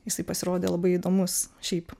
jisai pasirodė labai įdomus šiaip